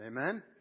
Amen